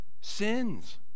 sins